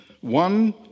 One